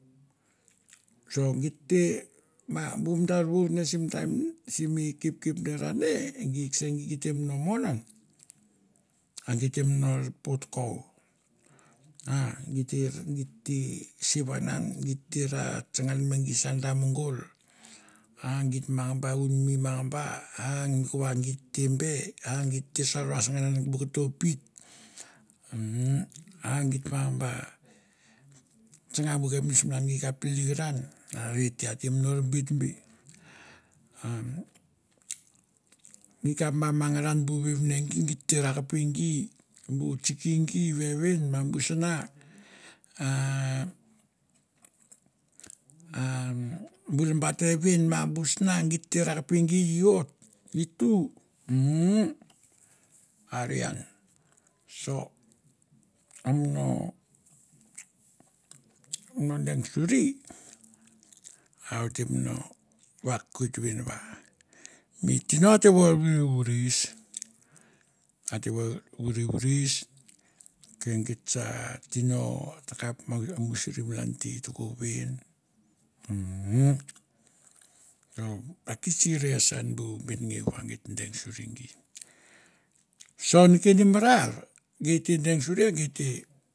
So geit te ma bu madar vaur ne sim taim simi kepkep dera ne egie kese gire gie temnno mon ian. A gie temno potko. A gi ter gie te sevan an. Gie tera tsana ian mengie sar da mongol. A giet mang ba unmi mangba, a mi kova gie te be, a gie te sor vasangan ian bu koto pit. Mmmm. A git mangma tsana bu kepneits malan gie kap telekiran. Arete atemno beit be. Umm gi kap bah mangaran bu vevine gie gi te nakpe gie, bu tsiki gie vevin mahbu sana, aaa bu labateven mah bu sana gie te rakpe gi e ot, e tu hmmm, are ian. So amo amo deng surie, a otemo vakat vein vah mi tino ate vor vurivuris. A te vour vurivuris ke giet sar tino ta kap mang leong surie malan te toko vein, hmmmm. So a ki serious ian bu bein ngeu va geit dong surie gie. So neken e marar, gei te deng surie, geite